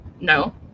No